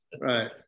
Right